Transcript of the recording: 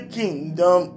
kingdom